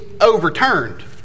overturned